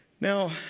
Now